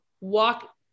walk